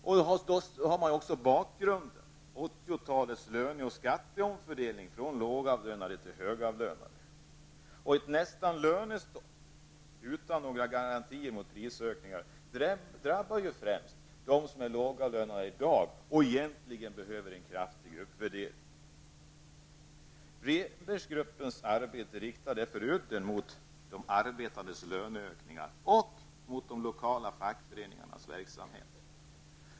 Där har vi också bakgrunden: 80-talets löne och skatteomfördelning från lågavlönade till högavlönade och så gott som ett lönestopp utan några garantier mot prisökningar. Det drabbar ju främst dem som är lågavlönade i dag och egentligen behöver en kraftig uppvärdering. Rehnberggruppens arbete riktar därför udden mot de arbetandes löneökningar och mot de lokala fackföreningarnas verksamhet.